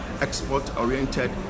export-oriented